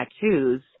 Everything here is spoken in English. tattoos